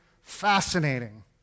fascinating